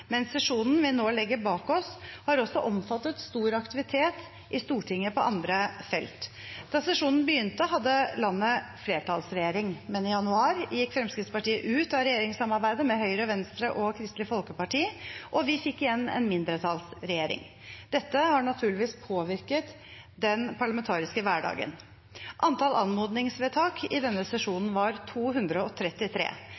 men sesjonen vi nå legger bak oss, har også omfattet stor aktivitet i Stortinget på andre felt. Da sesjonen begynte, hadde landet flertallsregjering, men i januar gikk Fremskrittspartiet ut av regjeringssamarbeidet med Høyre, Venstre og Kristelig Folkeparti, og vi fikk igjen en mindretallsregjering. Dette har naturligvis påvirket den parlamentariske hverdagen. Antall anmodningsvedtak i denne